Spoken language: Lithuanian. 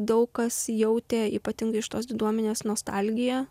daug kas jautė ypatingai iš tos diduomenės nostalgiją